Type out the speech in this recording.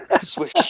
Switch